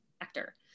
actor